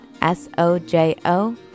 S-O-J-O